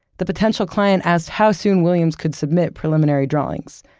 the potential client asked how soon williams could submit preliminary drawings.